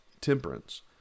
temperance